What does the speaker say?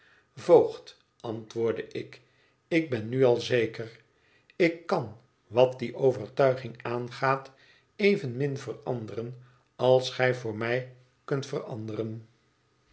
voogd antwoordde ik ik ben nu al zeker ik kan wat die overtuiging aangaat evenmin veranderen als gij voor mij kunt veranderen